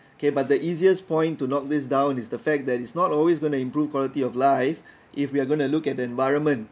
okay but the easiest point to knock this down is the fact that it's not always going to improve quality of life if we are going to look at the environment